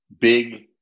big